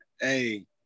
hey